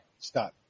Stop